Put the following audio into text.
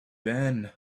been